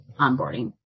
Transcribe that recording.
onboarding